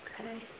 Okay